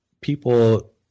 people